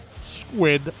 Squid